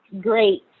great